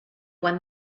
won